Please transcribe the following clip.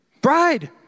bride